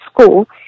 school